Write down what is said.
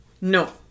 no